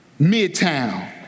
Midtown